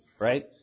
Right